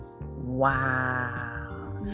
wow